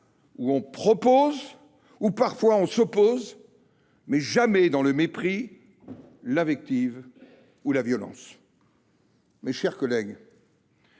où l’on propose, où parfois l’on s’oppose, mais jamais dans le mépris, l’invective ou la violence. Mes chers collègues,